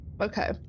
okay